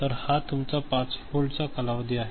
तर हा तुमचा 5 व्होल्टचा कालावधी आहे